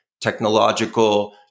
technological